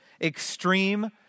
extreme